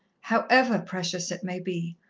however precious it may be,